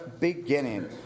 beginning